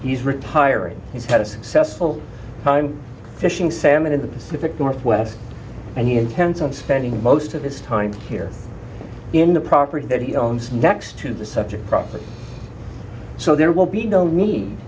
he's retiring he's had a successful time fishing salmon in the pacific northwest and he intends on spending most of his time here in the property that he owns next to the septic property so there will be no need